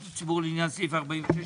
הוועדה הזמנית לענייני כספים ירושלים,